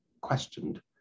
questioned